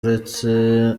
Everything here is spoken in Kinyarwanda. uretse